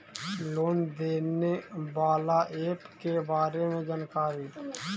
Loan देने बाला app के बारे मे जानकारी?